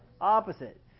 opposite